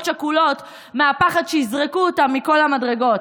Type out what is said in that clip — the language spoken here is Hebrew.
שכולות מהפחד שיזרקו אותם מכל המדרגות.